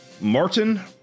Martin